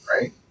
right